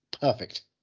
perfect